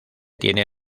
tiene